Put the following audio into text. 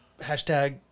hashtag